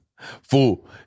Fool